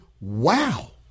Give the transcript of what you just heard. wow